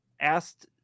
Asked